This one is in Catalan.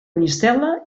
mistela